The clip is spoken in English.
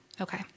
Okay